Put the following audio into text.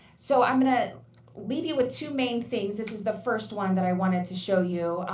so i'm going to leave you with two main things. this is the first one that i wanted to show you.